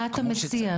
מה אתה מציע?